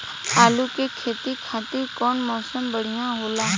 आलू के खेती खातिर कउन मौसम बढ़ियां होला?